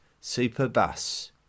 Superbus